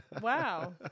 Wow